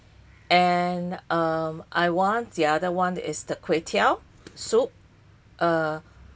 and um I want the other [one] is the kway teow soup err